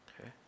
Okay